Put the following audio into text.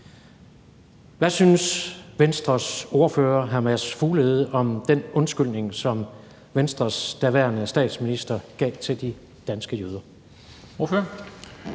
Hvad synes Venstres ordfører, hr. Mads Fuglede, om den undskyldning, som Venstres daværende statsminister gav til de danske jøder?